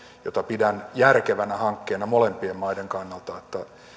jota pidän järkevänä hankkeena molempien maiden kannalta